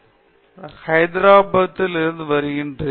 D செய்கிறேன் நான் நான்காவது வருடத்தில் மின் துறையிலிருந்து வருகிறேன்